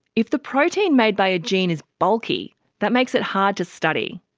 if the protein made by a gene is bulky, that makes it hard to study.